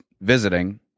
visiting